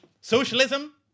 Socialism